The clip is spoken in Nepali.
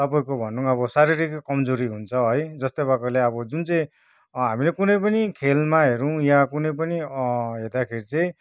तपाईँको भनौँ अब शारीरिक कमजोरी हुन्छ है जस्तै प्रकारले अब जुन चाहिँ हामीले कुनै पनि खेलमा हेरौँ या कुनै पनि हेर्दाखेरि चाहिँ